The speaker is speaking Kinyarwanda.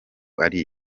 ari